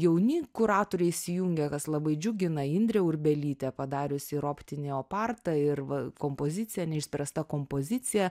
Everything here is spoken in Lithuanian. jauni kuratoriai įsijungia kas labai džiugina indrė urbelytė padariusi ir optinį opartą ir va kompozicija neišspręsta kompozicija